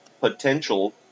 potential